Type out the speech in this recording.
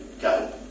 go